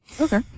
Okay